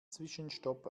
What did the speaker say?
zwischenstopp